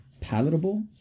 palatable